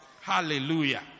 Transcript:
hallelujah